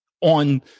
on